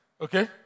Okay